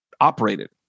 operated